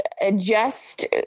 adjust